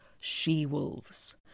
she-wolves